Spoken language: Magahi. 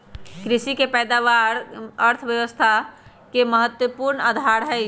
कृषि के पैदावार अर्थव्यवस्था के महत्वपूर्ण आधार हई